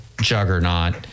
juggernaut